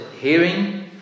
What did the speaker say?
hearing